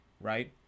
right